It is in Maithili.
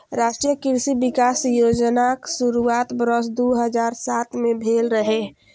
राष्ट्रीय कृषि विकास योजनाक शुरुआत वर्ष दू हजार सात मे भेल रहै